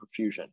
perfusion